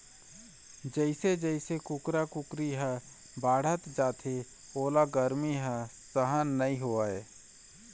जइसे जइसे कुकरा कुकरी ह बाढ़त जाथे ओला गरमी ह सहन नइ होवय